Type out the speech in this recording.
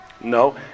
No